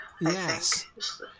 yes